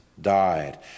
died